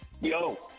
Yo